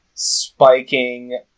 spiking